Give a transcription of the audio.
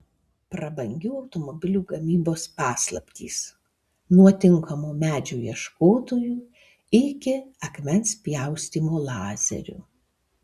prabangių automobilių gamybos paslaptys nuo tinkamo medžio ieškotojų iki akmens pjaustymo lazeriu